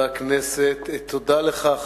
תודה לך,